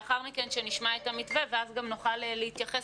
לאחר מכן נשמע את המתווה ואז גם נוכל להתייחס